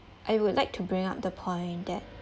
I would like to bring up the point that